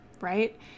right